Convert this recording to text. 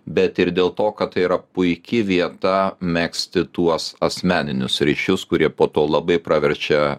bet ir dėl to kad tai yra puiki vieta megzti tuos asmeninius ryšius kurie po to labai praverčia